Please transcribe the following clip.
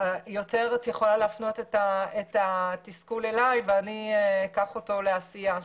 יותר את יכולה להפנות את התסכול אליי ואני אקח אותו לעשייה.